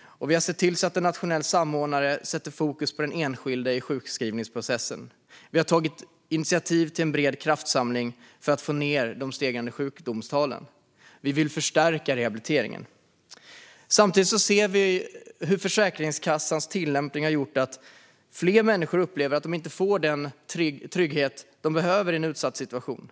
och vi har sett till att en nationell samordnare sätter fokus på den enskilde i sjukskrivningsprocessen. Vi har tagit initiativ till en bred kraftsamling för att få ned de stegrande sjuktalen, och vi vill förstärka rehabiliteringen. Samtidigt har vi sett att Försäkringskassans tillämpning har lett till att fler människor upplever att de inte får den trygghet de behöver i en utsatt situation.